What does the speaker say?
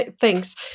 Thanks